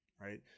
right